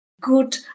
good